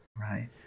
right